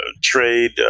trade